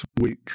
week